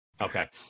okay